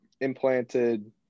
implanted